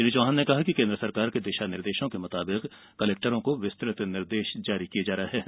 श्री चौहान ने कहा कि केन्द्र सरकार के दिशा निर्देशों के मुताबिक कलेक्टरों को विस्तृत निर्देश जारी किये जा रहे हैं